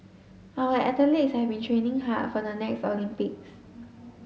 our athletes has been training hard for the next Olympics